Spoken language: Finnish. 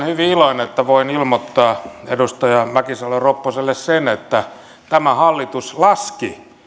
hyvin iloinen että voin ilmoittaa edustaja mäkisalo ropposelle sen että tämä hallitus laski